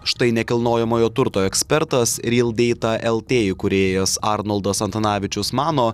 štai nekilnojamojo turto ekspertas ryl deita lt įkūrėjas arnoldas antanavičius mano